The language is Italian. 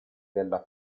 della